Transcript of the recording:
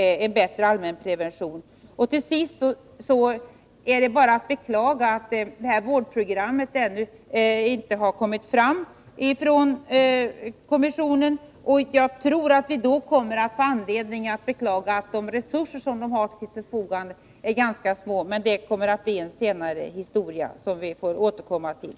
en bättre allmänprevention. Till sist är det bara att beklaga att kommissionen inte blivit färdig med ett vårdprogram. Jag tror att vi då tvingas konstatera att de resurser som står till förfogande är ganska små. Men det blir en senare historia, som vi får återkomma till.